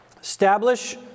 establish